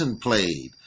played